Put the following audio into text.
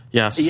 yes